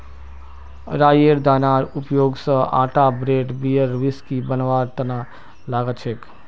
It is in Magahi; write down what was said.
राईयेर दानार उपयोग स आटा ब्रेड बियर व्हिस्की बनवार तना लगा छेक